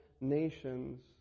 nations